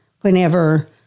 Whenever